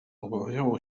obawiało